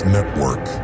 Network